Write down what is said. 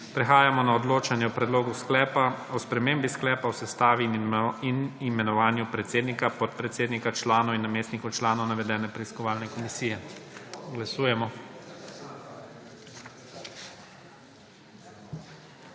Prehajamo na odločanju o Predlogu sklepa o spremembi Sklepa o sestavi in imenovanju predsednika, podpredsednika, članov in namestnikov članov navedene preiskovalne komisije. Glasujemo.